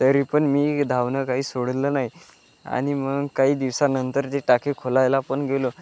तरी पण मी धावणं काही सोडलेलं नाही आणि मग काही दिवसानंतर जे टाके खोलायला पण गेलो